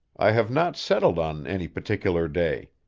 i have not settled on any particular day.